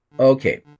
Okay